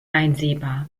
einsehbar